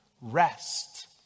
rest